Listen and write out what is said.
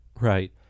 Right